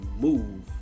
move